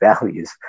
values